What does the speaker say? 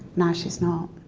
now she's not.